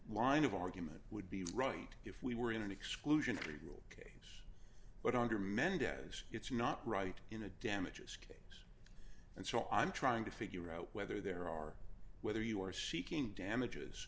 line of argument would be right if we were in an exclusionary rule ok but under mendez it's not right in a damages case and so i'm trying to figure out whether there are whether you are seeking damages